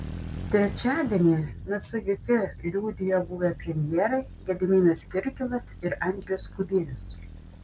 trečiadienį nsgk liudijo buvę premjerai gediminas kirkilas ir andrius kubilius